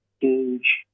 huge